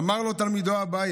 אמר לו תלמידו אביי